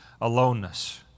aloneness